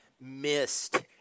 missed